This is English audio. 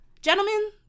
Gentlemen